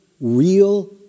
real